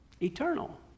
Eternal